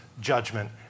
judgment